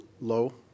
low